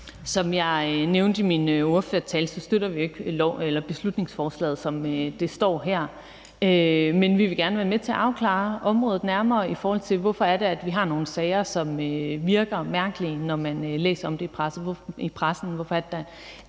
Som jeg nævnte i min ordførertale, støtter vi ikke beslutningsforslaget, som det står her. Men vi vil gerne være med til at afklare området nærmere, i forhold til hvorfor det er, at vi har nogle sager, som virker mærkelige, når man læser om dem i pressen.